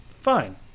fine